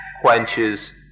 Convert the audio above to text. quenches